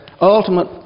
ultimate